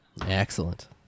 Excellent